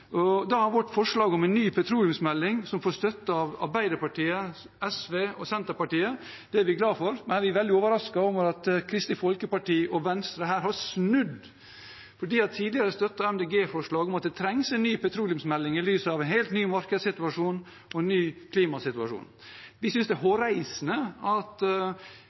Da er vårt forslag en ny petroleumsmelding – som får støtte av Arbeiderpartiet, SV og Senterpartiet. Det er vi glad for, men vi er veldig overrasket over at Kristelig Folkeparti og Venstre her har snudd. De har tidligere støttet Miljøpartiet De Grønnes forslag om at det trengs en ny petroleumsmelding i lys av en helt ny markedssituasjon og en ny klimasituasjon. Vi synes det er hårreisende at